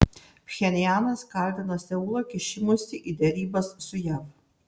pchenjanas kaltina seulą kišimusi į derybas su jav